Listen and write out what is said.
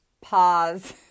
pause